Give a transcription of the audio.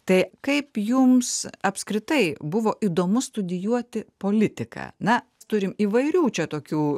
tai kaip jums apskritai buvo įdomu studijuoti politiką na turim įvairių čia tokių